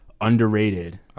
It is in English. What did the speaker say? underrated